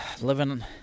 living